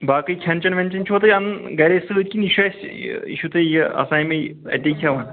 باقٕے کھٮ۪ن چٮ۪ن وٮ۪ن چٮ۪ن چھُوا تُہۍ انان گرے سۭتۍ کِنہٕ یہِ چھُ اَسہِ یہِ چھُ تۄہہِ یہِ اسامے اَتے کھٮ۪وان